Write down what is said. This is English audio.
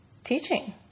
Teaching